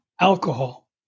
alcohol